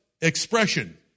expression